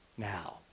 now